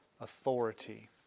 authority